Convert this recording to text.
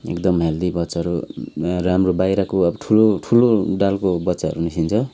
एकदम हेल्दी बच्चाहरू राम्रो बाहिरको अब ठुलो ठुलो डालको बच्चाहरू निस्किन्छ